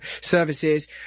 services